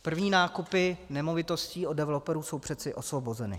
První nákupy nemovitostí od developerů jsou přeci osvobozeny.